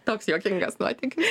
toks juokingas nuotykis